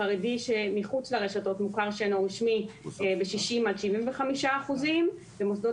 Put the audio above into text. חרדי שמחוץ לרשתות מוכר שאינו רשמי ב-60% 75%; מוסדות